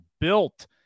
Built